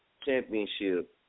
Championship